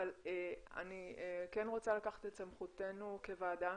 אבל אני כן רוצה לקחת את סמכותנו כוועדה